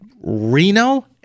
Reno